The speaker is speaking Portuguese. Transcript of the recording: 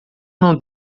não